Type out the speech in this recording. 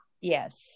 Yes